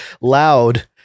loud